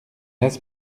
las